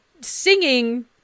singing